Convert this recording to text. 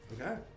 Okay